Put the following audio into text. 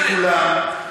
את כולם,